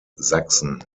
sachsen